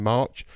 March